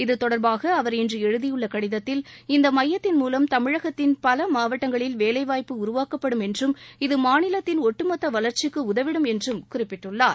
இத்தொடர்பாக அவர் இன்று எழுதியுள்ள கடிதத்தில் இந்த மையத்தின் மூலம் தமிழகத்தின் பல மாவட்டங்களில் வேலைவாய்ப்பு உருவாக்கப்படும் என்றும் இது மாநிலத்தின் ஒட்டுமொத்த வளர்ச்சிக்கு உதவிடும் என்றும் குறிப்பிட்டுள்ளார்